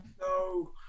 No